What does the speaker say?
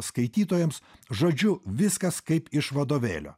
skaitytojams žodžiu viskas kaip iš vadovėlio